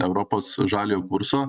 europos žaliojo kurso